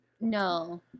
No